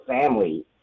family